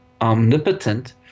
omnipotent